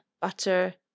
butter